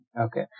Okay